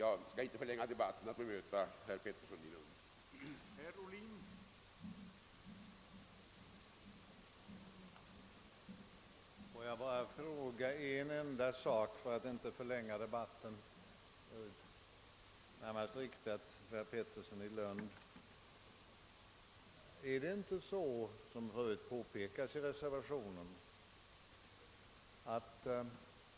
Jag skall inte förlänga denna debatt med att bemöta vad herr Pettersson i Lund anförde.